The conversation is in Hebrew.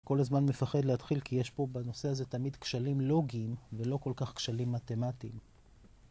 כל הזמן מפחד להתחיל כי יש פה בנושא הזה תמיד כשלים לוגיים ולא כל כך כשלים מתמטיים.